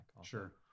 sure